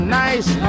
nice